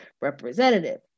representative